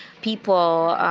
people